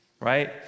Right